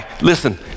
Listen